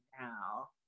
now